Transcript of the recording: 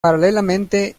paralelamente